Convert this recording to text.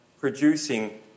producing